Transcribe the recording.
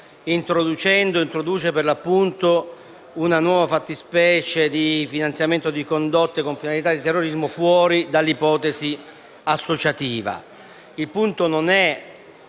proponendo, introduce una nuova fattispecie di finanziamento di condotte con finalità di terrorismo al di fuori dell'ipotesi associativa.